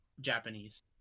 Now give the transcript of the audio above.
Japanese